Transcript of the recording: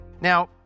Now